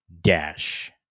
Dash